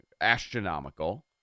astronomical